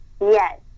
Yes